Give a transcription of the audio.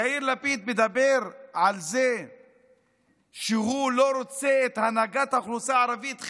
יאיר לפיד מדבר על זה שהוא לא רוצה את הנהגת האוכלוסייה הערבית,